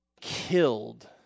killed